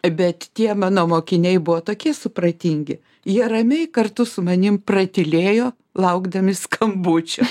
bet tie mano mokiniai buvo tokie supratingi jie ramiai kartu su manim pratylėjo laukdami skambučio